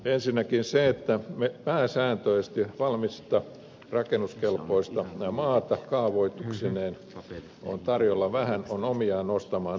ensinnäkin se että pääsääntöisesti valmista rakennuskelpoista maata kaavoituksineen on tarjolla vähän on omiaan nostamaan tonttien hintoja